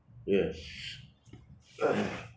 yes